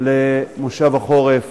למושב החורף